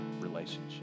relationship